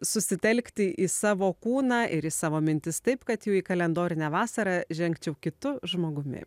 susitelkti į savo kūną ir į savo mintis taip kad jau į kalendorinę vasarą žengčiau kitu žmogumi